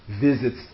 visits